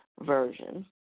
Version